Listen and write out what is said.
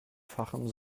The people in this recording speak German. fachem